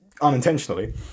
unintentionally